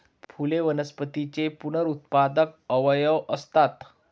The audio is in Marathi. फुले वनस्पतींचे पुनरुत्पादक अवयव असतात